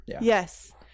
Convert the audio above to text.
Yes